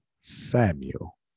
Samuel